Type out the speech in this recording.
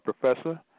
Professor